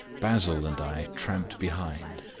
basil and i tramped behind,